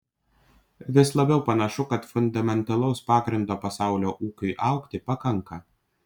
vis labiau panašu kad fundamentalaus pagrindo pasaulio ūkiui augti pakanka